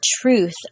truth